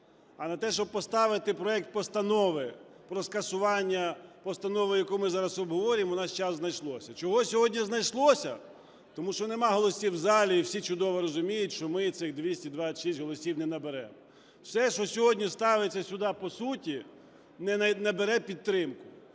А на те, щоб поставити проект постанови про скасування постанови, яку ми зараз обговорюємо, у нас час знайшовся. Чого сьогодні знайшовся? Тому що нема голосів у залі, і всі чудово розуміють, що ми цих 226 голосів не наберемо. Все, що сьогодні ставиться сюди по суті, не набере підтримки.